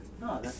No